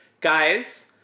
Guys